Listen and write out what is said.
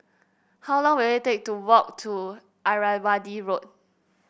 how long will it take to walk to Irrawaddy Road